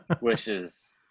wishes